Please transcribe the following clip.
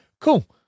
cool